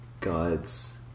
God's